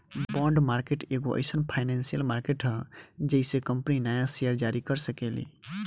bond market एगो एईसन financial market ह जेइसे कंपनी न्या सेयर जारी कर सकेली